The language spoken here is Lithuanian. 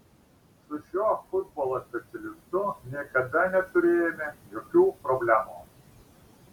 su šiuo futbolo specialistu niekada neturėjome jokių problemų